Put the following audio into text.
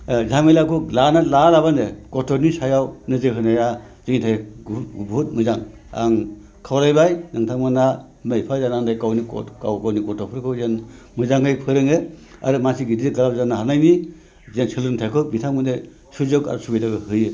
झामेलाखौ लायालाबानो गथ'नि सायाव नोजोर होनाया बहुद मोजां आं खावलायबाय नोंथांमोना बिमा बिफा जानानै गावनि गथ'फोरखौ जेन मोजाङै फोरोङो आरो मानसि गिदिर गोलाव जानो हानायनि जेन सोलोंथायखौ बिथांमोननो सुजुग आरो सुबिदाखौ होयो